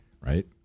right